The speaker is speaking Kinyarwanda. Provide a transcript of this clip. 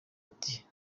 ati